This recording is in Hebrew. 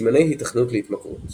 סימני היתכנות להתמכרות